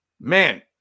man